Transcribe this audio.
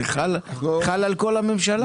זה חל על כל הממשלה.